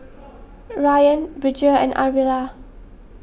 Rayan Bridger and Arvilla